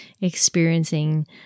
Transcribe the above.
experiencing